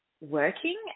working